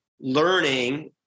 learning